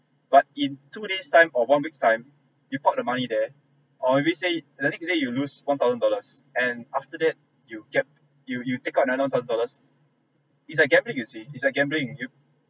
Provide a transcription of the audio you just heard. but in two days time or one weeks time you port the money there or maybe say the next day you lose one thousand dollars and after that you get you you take out another one thousand dollars it's like gambling you see it's like gambling you